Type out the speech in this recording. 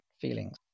feelings